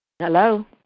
Hello